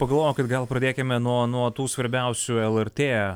pagalvojau kad gal pradėkime nuo nuo tų svarbiausių lrt